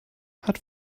hat